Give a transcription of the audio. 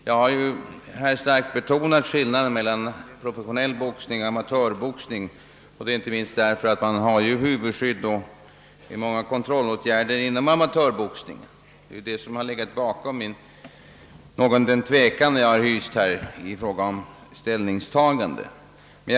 Jag har här starkt betonat skillnaden mellan professionell boxning och amatörboxning, inte minst därför att man har huvudskydd och många kontrollåtgärder inom amatörboxningen. Det är detta som legat bakom den tvekan jag hyst i fråga om ställningstagandet.